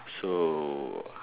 so